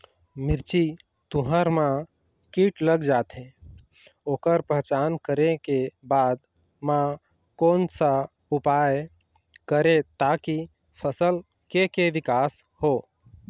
मिर्ची, तुंहर मा कीट लग जाथे ओकर पहचान करें के बाद मा कोन सा उपाय करें ताकि फसल के के विकास हो?